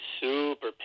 super